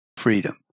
freedom